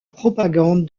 propagande